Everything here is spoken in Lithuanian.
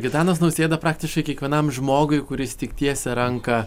gitanas nausėda praktiškai kiekvienam žmogui kuris tik tiesia ranką